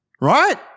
Right